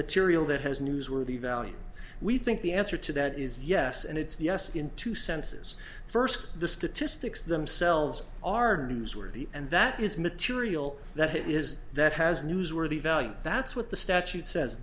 material that has newsworthy value we think the answer to that is yes and it's yes in two senses first the statistics themselves are newsworthy and that is material that is that has newsworthy value that's what the statute says